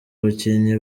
abakinnyi